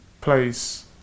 place